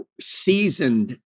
seasoned